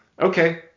okay